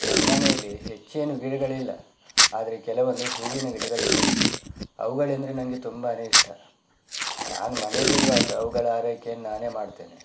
ನಮ್ಮ ಮನೆಯಲ್ಲಿ ಹೆಚ್ಚೇನೂ ಗಿಡಗಳಿಲ್ಲ ಆದರೆ ಕೆಲವೊಂದು ಹೂವಿನ ಗಿಡಗಳಿವೆ ಅವುಗಳೆಂದರೆ ನನಗೆ ತುಂಬಾನೇ ಇಷ್ಟ ನಾನು ಮನೆಯಲ್ಲಿರುವಾಗ ಅವುಗಳ ಆರೈಕೆಯನ್ನು ನಾನೇ ಮಾಡ್ತೇನೆ